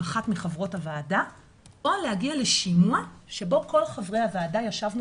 עם אחת מחברות הוועדה או להגיע לשימוע בו כל חברי הוועדה ישבנו